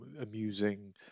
amusing